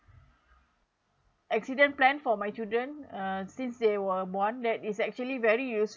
accident plan for my children uh since they were born that is actually very useful